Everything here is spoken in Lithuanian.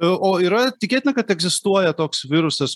o yra tikėtina kad egzistuoja toks virusas